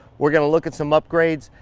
we're gonna look at some upgrades.